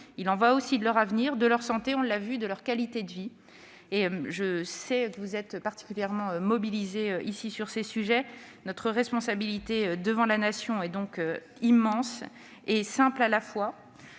Il y va aussi de leur avenir, de leur santé, de leur qualité de vie. Je sais le Sénat particulièrement mobilisé sur ces sujets. Notre responsabilité devant la Nation est donc immense et simple à la fois.